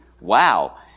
Wow